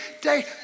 day